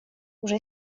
уже